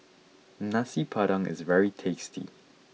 Nasi Padang is very tasty